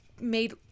made